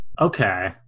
okay